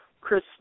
Chris